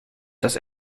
dass